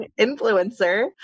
influencer